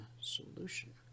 solution